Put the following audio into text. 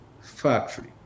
factory